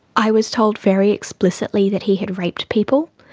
i was told very explicitly that he had raped people.